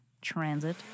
transit